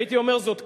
הייתי אומר זאת כך: